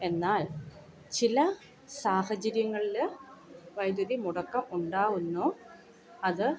എന്നാൽ ചില സാഹചര്യങ്ങളിൽ വൈദുതി മുടക്കം ഉണ്ടാവുന്നു അത്